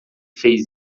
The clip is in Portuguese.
fez